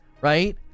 right